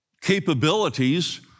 capabilities